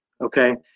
okay